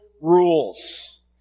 rules